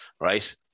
right